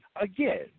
again